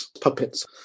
puppets